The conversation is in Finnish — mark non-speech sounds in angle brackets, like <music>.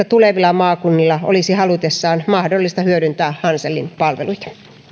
<unintelligible> tulevilla maakunnilla olisi halutessaan mahdollista hyödyntää hanselin palveluita